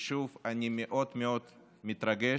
שוב, אני מאוד מאוד מתרגש.